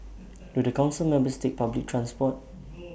do the Council members take public transport